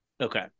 Okay